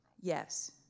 yes